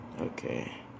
Okay